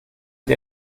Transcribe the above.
dir